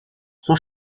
son